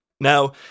Now